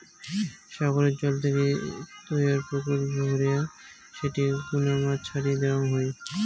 সাগরের জল থাকি তৈয়ার পুকুর ভরেয়া সেটি কুনা মাছ ছাড়ি দ্যাওয়ৎ হই